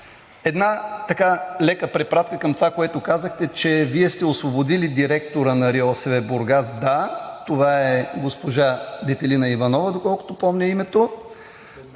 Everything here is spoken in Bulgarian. Една лека препратка към това, което казахте, че Вие сте освободили директора на РИОСВ – Бургас. Да, това е госпожа Детелина Иванова, доколкото помня името.